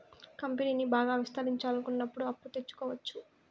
కంపెనీని బాగా విస్తరించాలనుకున్నప్పుడు అప్పు తెచ్చుకోవచ్చు